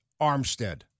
Armstead